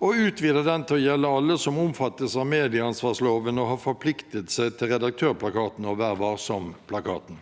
og utvider den til å gjelde alle som omfattes av medieansvarsloven og har forpliktet seg til Redaktørplakaten og Vær Varsom-plakaten.